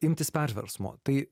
imtis perversmo tai